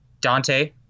Dante